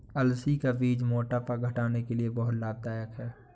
अलसी का बीज मोटापा घटाने के लिए बहुत लाभदायक है